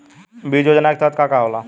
बीज योजना के तहत का का होला?